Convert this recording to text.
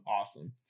awesome